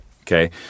Okay